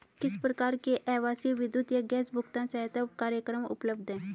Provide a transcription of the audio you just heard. किस प्रकार के आवासीय विद्युत या गैस भुगतान सहायता कार्यक्रम उपलब्ध हैं?